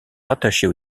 rattachée